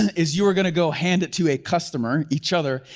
and is you're gonna go hand it to a customer, each other,